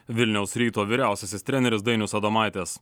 vilniaus ryto vyriausiasis treneris dainius adomaitis